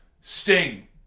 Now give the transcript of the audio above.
Sting